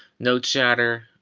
no chatter.